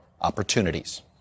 opportunities